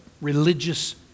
religious